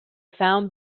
found